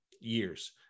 years